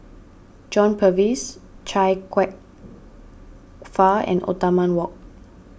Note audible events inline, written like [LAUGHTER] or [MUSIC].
John Purvis Chia Kwek Fah and [UNINTELLIGIBLE] Wok